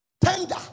tender